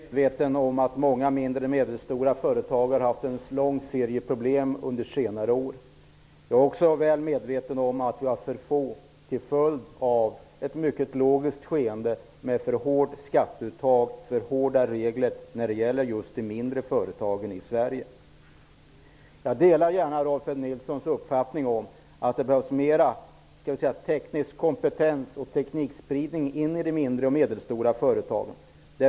Herr talman! Jag är väl medveten om att många mindre och medelstora företag har haft en lång serie problem under senare år. Jag är också väl medveten om att de är för få, till följd av ett mycket logiskt skeende, med för hårt skatteuttag, för hårda regler, just för de mindre företagen i Sverige. Jag delar gärna Rolf L Nilsons uppfattning att det behövs mera teknisk kompetens och teknikspridning in i de mindre och medelstora företagen.